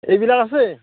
এইবিলাক আছে